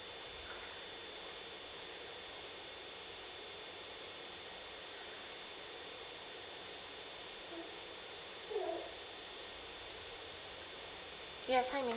yes hi ming hui